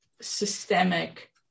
systemic